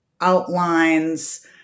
outlines